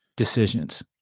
Decisions